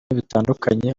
bitandukanye